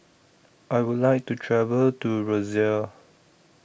I Would like to travel to Roseau